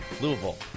Louisville